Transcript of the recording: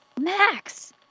Max